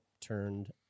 turned